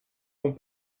pond